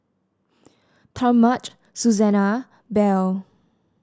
Talmadge Susanna Belle